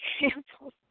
examples